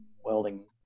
welding